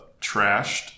trashed